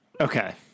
Okay